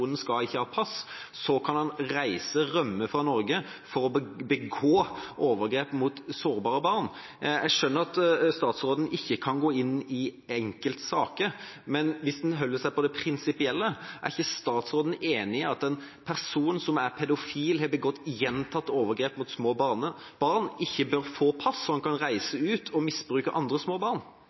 skal ha pass – og så kan reise, rømme fra Norge, for å begå overgrep mot sårbare barn. Jeg skjønner at statsråden ikke kan gå inn i enkeltsaker, men hvis han holder seg til det prinsipielle: Er ikke statsråden enig i at en person som er pedofil og har begått gjentatte overgrep mot små barn, ikke bør få pass sånn at han kan reise ut og misbruke andre små barn?